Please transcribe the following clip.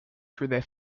through